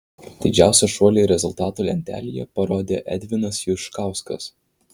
didžiausią šuolį rezultatų lentelėje parodė edvinas juškauskas